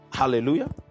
hallelujah